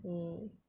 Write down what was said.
mm